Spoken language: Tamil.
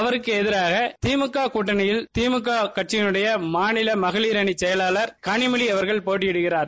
அவருக்கு எதிராக திமுக கடடனியில் திமுக கட்சியில்டைய மாநில மகளிர் அணி செபலாளர் களிமொழி அவர்கள் போட்டியிடுகிறார்